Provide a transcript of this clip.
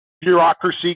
bureaucracy